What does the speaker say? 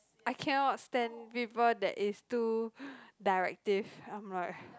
I cannot stand people that is too directive I'm like